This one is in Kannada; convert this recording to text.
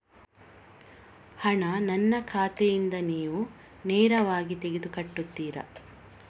ಹಣ ನನ್ನ ಖಾತೆಯಿಂದ ನೀವು ನೇರವಾಗಿ ತೆಗೆದು ಕಟ್ಟುತ್ತೀರ?